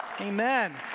Amen